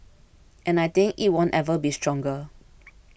and I think it won't ever be stronger